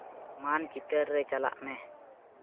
ᱢᱟᱱ ᱪᱤᱛᱟᱹᱨ ᱨᱮ ᱪᱟᱞᱟᱜ ᱢᱮ